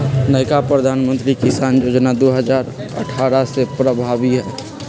नयका प्रधानमंत्री किसान जोजना दू हजार अट्ठारह से प्रभाबी हइ